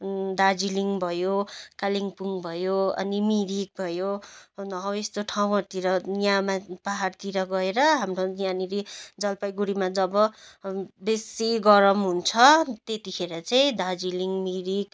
दार्जिलिङ भयो कालिम्पोङ भयो अनि मिरिक भयो हो यस्तो ठाउँहरूतिर यहाँ म पहाडतिर गएर हाम्रो यहाँनेरि जलपाइगुडीमा जब बेसी गरम हुन्छ त्यतिखेर चाहिँ दार्जिलिङ मिरिक